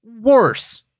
worse